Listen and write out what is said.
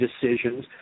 decisions